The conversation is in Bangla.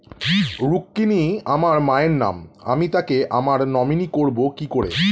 রুক্মিনী আমার মায়ের নাম আমি তাকে আমার নমিনি করবো কি করে?